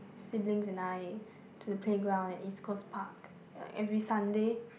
siblings and I to the playground at East-Coast-Park ya every Sunday